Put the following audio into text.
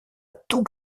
tout